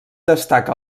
destaca